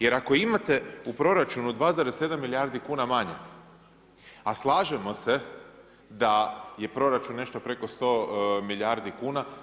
Jer ako imate u proračunu 2,7 milijardi kuna manje, a slažemo se da je proračun nešto preko 100 milijardi kuna.